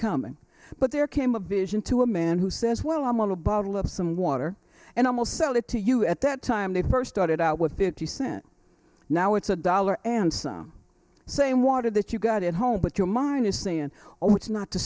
coming but there came a vision to a man who says well i'm on a bottle of some water and almost sold it to you at that time they first started out with fifty cents now it's a dollar and some say water that you got at home but your mind is saying oh it's not the